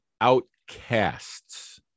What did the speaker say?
outcasts